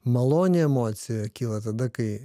maloni emocija kyla tada kai